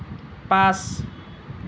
পাঁচ